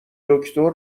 دکتر